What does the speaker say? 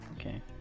okay